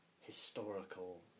historical